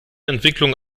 entwicklung